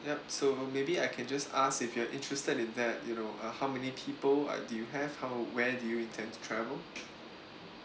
yup so maybe I can just ask if you are interested in that you know uh how many people are do you have how where do you intend to travel